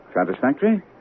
Satisfactory